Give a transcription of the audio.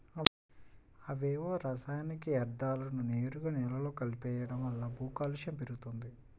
అవేవో రసాయనిక యర్థాలను నేరుగా నేలలో కలిపెయ్యడం వల్ల భూకాలుష్యం పెరిగిపోతంది